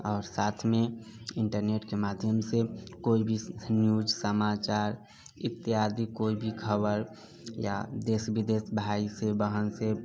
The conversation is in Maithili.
आओर साथमे इन्टरनेटके माध्यमसँ कोइ भी न्यूज समाचार इत्यादि कोइ भी खबर या देश विदेश भायसँ बहनसँ